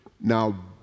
now